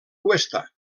cuesta